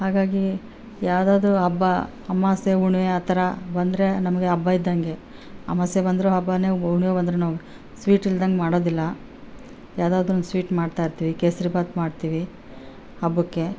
ಹಾಗಾಗಿ ಯಾವ್ದಾದರು ಹಬ್ಬ ಅಮಾಸೆ ಹುಣ್ವೆ ಆ ಥರ ಬಂದರೆ ನಮಗೆ ಹಬ್ಬ ಇದ್ದಂಗೆ ಅಮಾಸೆ ಬಂದರು ಹಬ್ಬವೇ ಹುಣ್ಮೆ ಬಂದ್ರೂ ಸ್ವೀಟ್ ಇಲ್ದಂಗೆ ಮಾಡೋದಿಲ್ಲ ಯಾವ್ದಾದರು ಒಂದು ಸ್ವೀಟ್ ಮಾಡ್ತಾ ಇರ್ತೀವಿ ಕೇಸರಿಬಾತು ಮಾಡ್ತೀವಿ ಹಬ್ಬಕ್ಕೆ